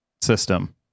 system